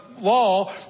law